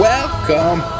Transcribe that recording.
Welcome